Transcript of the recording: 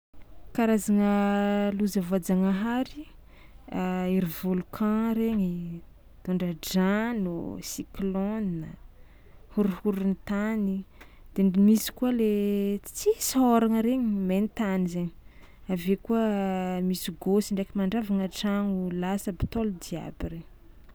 Karazagna loza voajagnahary: ery volcan regny, tondradrano, cyclone, horohorontany de misy koa le ts- tsisy hôragna regny maintany zaigny, avy eo koa misy gôsy ndraiky mandravagna tragno lasa aby tôly jiaby regny.